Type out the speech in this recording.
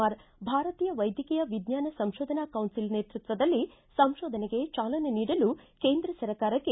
R ಭಾರತೀಯ ವೈದ್ಯಕೀಯ ವಿಜ್ಞಾನ ಸಂಶೋಧನಾ ಕೌನ್ಸಿಲ್ ನೇತೃತ್ವದಲ್ಲಿ ಸಂಶೋಧನೆಗೆ ಚಾಲನೆ ನೀಡಲು ಕೇಂದ್ರ ಸರ್ಕಾರಕ್ಕೆ